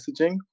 messaging